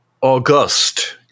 August